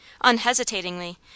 unhesitatingly